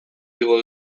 igo